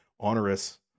onerous